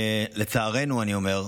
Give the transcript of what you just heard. לצערנו, אני אומר,